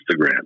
Instagram